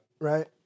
Right